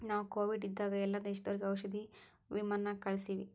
ನಾವು ಕೋವಿಡ್ ಇದ್ದಾಗ ಎಲ್ಲಾ ದೇಶದವರಿಗ್ ಔಷಧಿ ವಿಮಾನ್ ನಾಗೆ ಕಳ್ಸಿವಿ